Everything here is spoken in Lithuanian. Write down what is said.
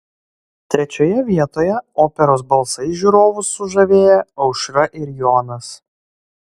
trečioje vietoje operos balsais žiūrovus sužavėję aušra ir jonas